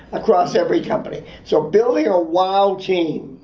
across every company. so, building a wow team,